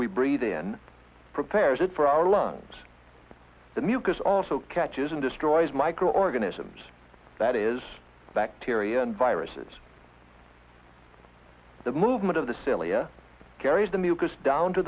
we breathe in prepares it for our lungs the mucus also catches and destroys microorganisms that is bacteria and viruses the movement of the cilia carries the mucous down to